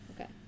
okay